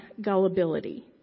gullibility